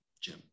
Jim